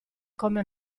come